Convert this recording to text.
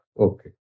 Okay